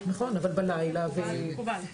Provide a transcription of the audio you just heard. נמצא כאן קצין אג"מ נחשון.